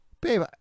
Babe